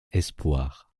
espoirs